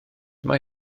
mae